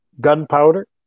gunpowder